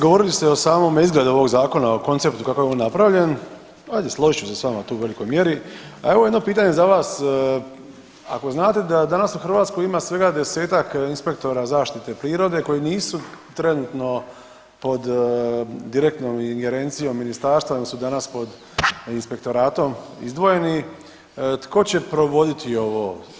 Govorili ste o samomu izgledu ovog Zakona, o konceptu kako je on napravljen, ajde, složit ću se s vama tu u velikoj mjeri, a evo jedno pitanje za vas, ako znate da danas u Hrvatskoj ima svega desetak inspektora zaštite prirode koji nisu trenutno pod direktnom ingerencijom ministarstva, nego su danas pod Inspektoratom izdvojeni, tko će provoditi ovo.